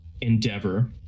endeavor